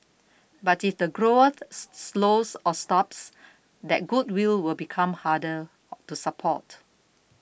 but if the growth slows or stops that goodwill will become harder to support